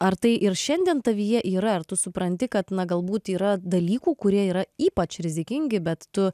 ar tai ir šiandien tavyje yra ar tu supranti kad na galbūt yra dalykų kurie yra ypač rizikingi bet tu